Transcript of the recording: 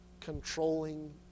controlling